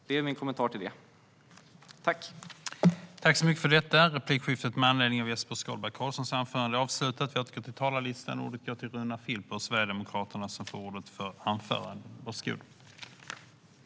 Det är min kommentar till detta.